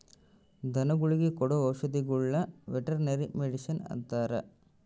ಧನಗುಳಿಗೆ ಕೊಡೊ ಔಷದಿಗುಳ್ನ ವೆರ್ಟನರಿ ಮಡಿಷನ್ ಅಂತಾರ